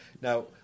Now